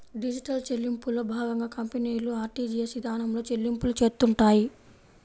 digital చెల్లింపుల్లో భాగంగా కంపెనీలు ఆర్టీజీయస్ ఇదానంలో చెల్లింపులు చేత్తుంటాయి